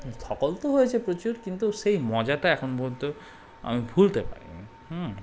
ধকল তো হয়েছে প্রচুর কিন্তু সেই মজাটা এখন পর্যন্ত আমি ভুলতে পারি